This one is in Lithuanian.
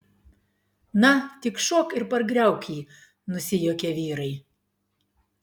na tik šok ir pargriauk jį nusijuokė vyrai